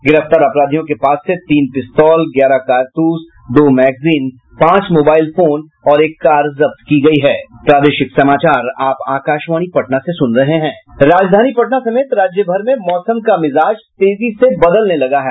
गिरफ्तार अपराधियों के पास से तीन पिस्तौल ग्यारह कारतूस दो मैगजीन पांच मोबाइल फोन और एक कार जब्त की गई है राजधानी पटना समेत राज्यभर में मौसम का मिजाज तेजी से बदलने लगा है